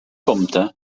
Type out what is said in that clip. compte